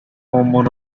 مامان